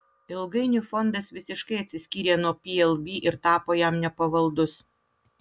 ilgainiui fondas visiškai atsiskyrė nuo plb ir tapo jam nepavaldus